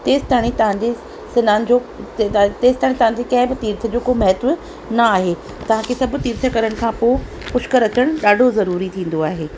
तेसिताणी तव्हांजे सनानु जो तेसिताणी तव्हांजे कंहिं बि तीर्थ जो को महत्व न आहे तव्हांखे सभु तीर्थ करण खां पोइ पुष्कर अचण ॾाढो ज़रूरी थींदो आहे